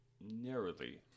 narrowly